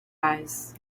eyes